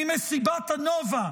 ממסיבת הנובה,